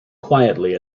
quietly